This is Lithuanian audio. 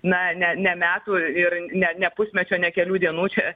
na ne ne metų ir ne ne pusmečio ne kelių dienų čia